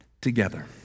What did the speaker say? together